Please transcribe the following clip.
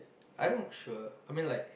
I don't sure I mean like